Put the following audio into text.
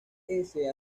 ese